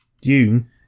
Dune